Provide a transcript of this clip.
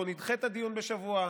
בוא נדחה את הדיון בשבוע,